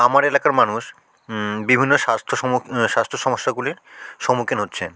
আমার এলাকার মানুষ বিভিন্ন স্বাস্থ্য সমক স্বাস্থ্য সমস্যাগুলির সম্মুখীন হচ্ছেন